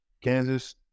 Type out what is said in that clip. Kansas